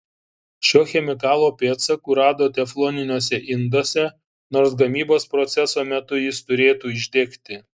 šio chemikalo pėdsakų rado tefloniniuose induose nors gamybos proceso metu jis turėtų išdegti